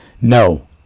No